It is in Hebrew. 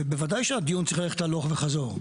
ובוודאי שהדיון צריך ללכת הלוך וחזור.